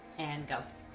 and